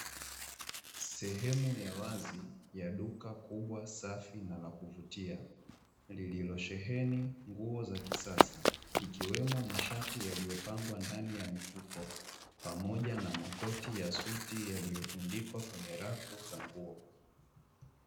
Sehemu ya wazi ya duka kubwa safi na la kuvutia lililo sheheni nguo za kisasa, Ikiwemo mashati yaliyopangwa katika mifuko pamoja na makoti ya suti yaliyotundikwa kwenye rafu za nguo.